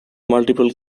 multiple